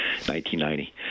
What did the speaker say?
1990